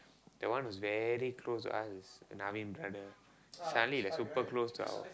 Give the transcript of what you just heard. that one was very close to us is naveen brother suddenly like super close to our